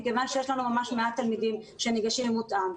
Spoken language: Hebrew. מכיוון שיש לנו ממש מעט תלמידים שניגשים למותאם.